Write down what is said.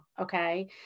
okay